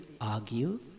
argue